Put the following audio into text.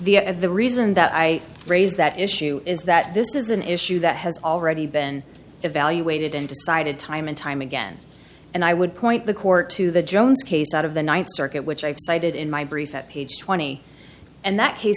and the reason that i raise that issue is that this is an issue that has already been evaluated and decided time and time again and i would point the court to the jones case out of the ninth circuit which i have cited in my brief at page twenty and that case